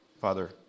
Father